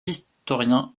historiens